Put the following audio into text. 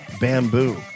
bamboo